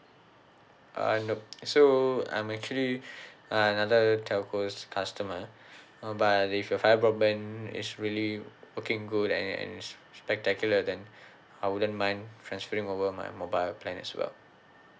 uh nope so I'm actually uh another telco's customer um but if your fibre broadband is really working good and and spectacular then I wouldn't mind transferring over my mobile plan as well